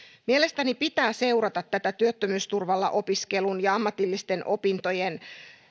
mielestäni pitää seurata tätä työttömyysturvalla opiskelun ja ammatillisten opintojen